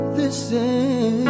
listen